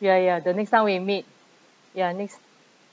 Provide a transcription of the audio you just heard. ya ya the next time we meet ya next